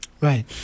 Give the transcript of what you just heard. right